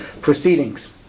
proceedings